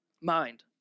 mind